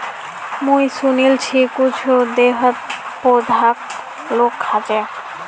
मुई सुनील छि कुछु देशत घोंघाक लोग खा छेक